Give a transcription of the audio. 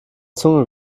zunge